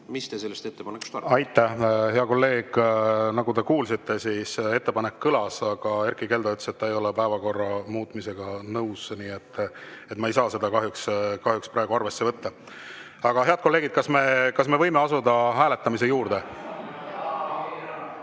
võtta seisukoht ja hääletada! Aitäh, hea kolleeg! Nagu te kuulsite, siis ettepanek kõlas, aga Erkki Keldo ütles, et ta ei ole päevakorra muutmisega nõus. Nii et ma ei saa seda kahjuks praegu arvesse võtta. Aga, head kolleegid, kas me võime asuda hääletamise juurde? (Hääled